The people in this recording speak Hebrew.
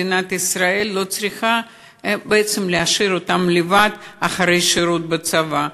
מדינת ישראל לא צריכה להשאיר אותם לבד אחרי שירות בצבא.